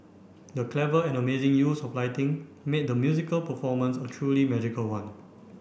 the clever and amazing use of lighting made the musical performance a truly magical one